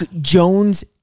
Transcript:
Jones